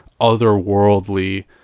otherworldly